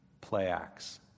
play-acts